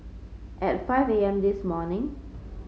at five A M this morning